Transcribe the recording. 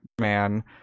man